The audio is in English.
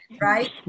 right